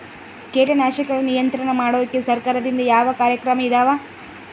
ಕೇಟನಾಶಕಗಳ ನಿಯಂತ್ರಣ ಮಾಡೋಕೆ ಸರಕಾರದಿಂದ ಯಾವ ಕಾರ್ಯಕ್ರಮ ಇದಾವ?